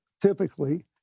typically